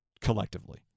collectively